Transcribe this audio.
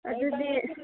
ꯑꯗꯨꯗꯤ